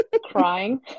Crying